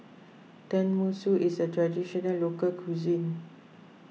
Tenmusu is a Traditional Local Cuisine